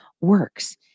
works